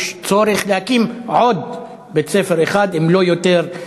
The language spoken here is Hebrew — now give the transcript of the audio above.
צריך להקים עוד בית-ספר אחד, אם לא יותר,